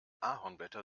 ahornblätter